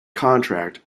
contract